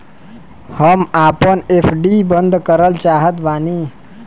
हम आपन एफ.डी बंद करल चाहत बानी